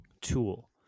tool